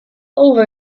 over